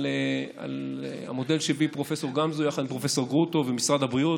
על המודל שהביא פרופ' גמזו יחד עם פרופ' גרוטו ומשרד הבריאות,